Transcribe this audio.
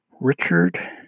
Richard